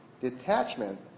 detachment